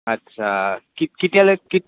আচ্ছা কি কেতিয়ালৈ কি